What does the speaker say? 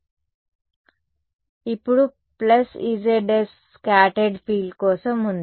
కాబట్టి ఇప్పుడు plus Ezs scattered field కోసం ఉంది